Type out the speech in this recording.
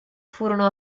furono